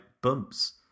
bumps